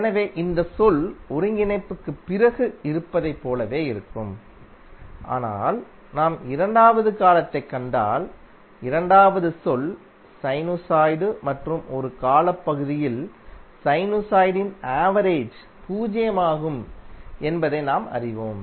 எனவே இந்த சொல் ஒருங்கிணைப்புக்குப் பிறகு இருப்பதைப் போலவே இருக்கும் ஆனால் நாம் இரண்டாவது காலத்தைக் கண்டால் இரண்டாவது சொல் சைனுசாய்டு மற்றும் ஒரு காலப்பகுதியில் சைனுசாய்டின் ஆவரேஜ் பூஜ்ஜியமாகும் என்பதை நாம் அறிவோம்